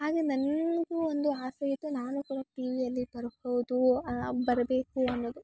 ಹಾಗೇ ನನಗೂ ಒಂದು ಆಸೆ ಇತ್ತು ನಾನು ಕೂಡ ಟಿ ವಿಯಲ್ಲಿ ಬರ್ಬೌದು ಬರಬೇಕು ಅನ್ನೋದು